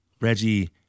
reggie